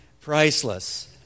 priceless